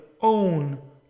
own